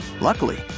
Luckily